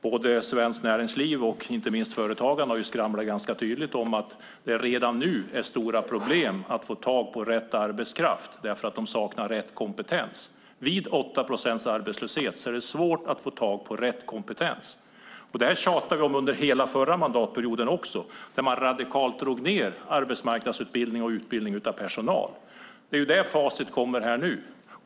Både Svenskt Näringsliv och inte minst Företagarna har skramlat ganska tydligt om att det redan nu är stora problem att få tag på rätt arbetskraft eftersom de saknar rätt kompetens. Vid 8 procents arbetslöshet är det alltså svårt att få tag på rätt kompetens. Det tjatade vi om under hela förra mandatperioden, då man radikalt drog ned arbetsmarknadsutbildningen och utbildningen av personal. Det är facit av det som kommer nu.